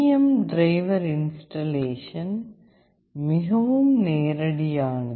M driver installation மிகவும் நேரடியானது